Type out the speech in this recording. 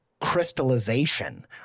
crystallization